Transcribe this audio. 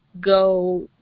go